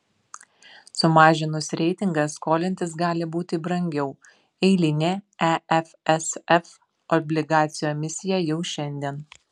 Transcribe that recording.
sumažinus reitingą skolintis gali būti brangiau eilinė efsf obligacijų emisija jau šiandien